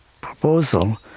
proposal